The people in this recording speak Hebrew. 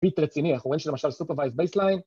פית רציני, אחוריין של למשל סופרווייז בייסליין.